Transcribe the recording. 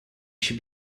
she